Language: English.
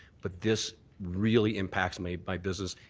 but this really impacts me by business,